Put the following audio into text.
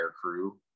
crew